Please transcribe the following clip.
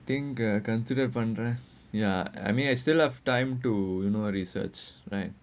think a consider thunder ya I mean I still have time to you know research right